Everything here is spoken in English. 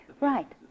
Right